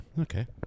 Okay